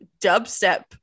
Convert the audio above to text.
dubstep